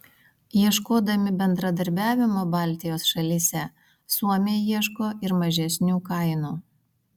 ieškodami bendradarbiavimo baltijos šalyse suomiai ieško ir mažesnių kainų